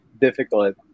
difficult